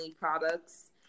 products